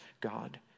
God